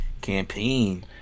campaign